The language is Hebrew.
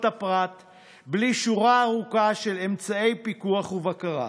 הפרט בלי שורה ארוכה של אמצעי פיקוח ובקרה,